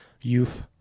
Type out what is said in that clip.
youth